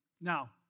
Now